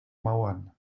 mauern